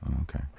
Okay